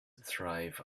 thrive